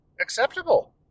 acceptable